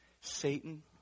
Satan